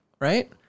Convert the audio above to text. right